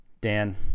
Dan